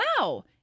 wow